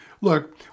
Look